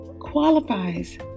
qualifies